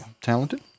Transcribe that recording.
talented